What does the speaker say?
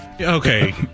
Okay